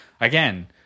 again